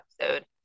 episode